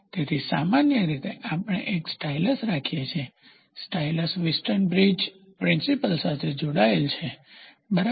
તેથી સામાન્ય રીતે આપણે એક સ્ટાઇલસ રાખીએ છીએ સ્ટાઇલસ વ્હીટસ્ટોન બ્રિજ પ્રિન્સીપલ સાથે જોડાયેલ છે બરાબર